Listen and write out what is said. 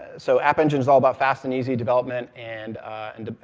so, app engine is all about fast and easy development and and